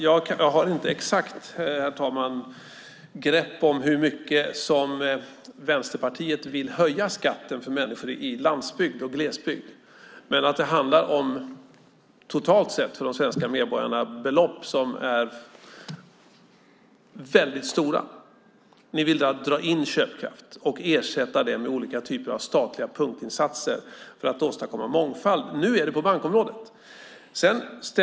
Jag har inte exakt grepp om hur mycket som Vänsterpartiet vill höja skatten för människor på landsbygden och i glesbygden, men det handlar, totalt sett för de svenska medborgarna, om belopp som är väldigt stora. Ni vill dra in köpkraft och ersätta den med olika typer av statliga punktinsatser för att åstadkomma mångfald, och nu är det på bankområdet.